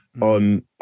on